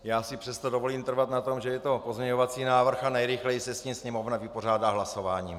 Já si přesto dovolím trvat na tom, že je to pozměňovací návrh a nejrychleji se s ním Sněmovna vypořádá hlasováním.